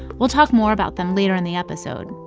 we'll talk more about them later in the episode.